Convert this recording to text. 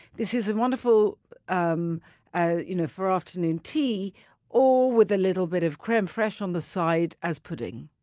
this is wonderful um ah you know for afternoon tea or with a little bit of creme fraiche on the side as pudding.